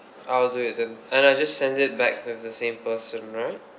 I'll do it then and I just send it back to the same person right